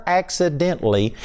accidentally